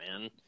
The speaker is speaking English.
man